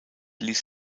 ließ